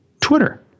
Twitter